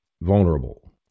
vulnerable